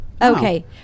Okay